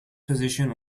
position